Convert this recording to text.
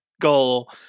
goal